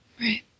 Right